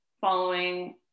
following